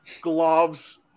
gloves